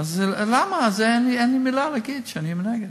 אז למה אין לי מילה להגיד שאני נגד?